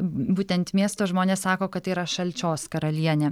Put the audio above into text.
būtent miesto žmonės sako kad tai yra šalčios karalienė